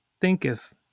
thinketh